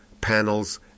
panels